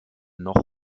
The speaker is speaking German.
noch